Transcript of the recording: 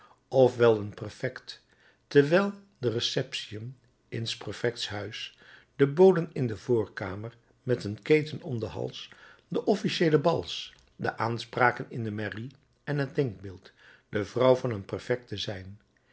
wel een prefect terwijl de receptiën in s prefects huis de boden in de voorkamer met een keten om den hals de officiëele bals de aanspraken in de mairie en het denkbeeld de vrouw van een prefect te zijn